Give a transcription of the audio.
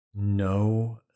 No